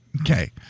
Okay